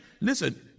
listen